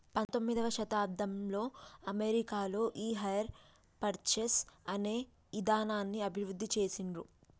పంతొమ్మిదవ శతాబ్దంలో అమెరికాలో ఈ హైర్ పర్చేస్ అనే ఇదానాన్ని అభివృద్ధి చేసిండ్రు